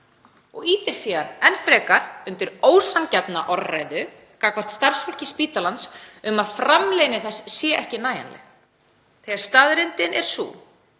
og ýtir síðan enn frekar undir ósanngjarna orðræðu gagnvart starfsfólki spítalans um að framleiðni þess sé ekki nægjanleg þegar staðreyndin er sú